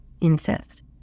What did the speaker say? incest